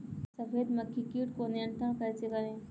सफेद मक्खी कीट को नियंत्रण कैसे करें?